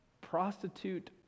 prostitute